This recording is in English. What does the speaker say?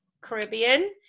Caribbean